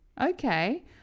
Okay